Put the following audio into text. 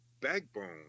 Backbone